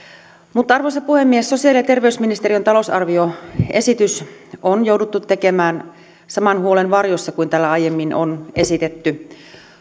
arvoisa puhemies sosiaali ja terveysministeriön talousarvioesitys on jouduttu tekemään saman huolen varjossa kuin täällä aiemmin on esitetty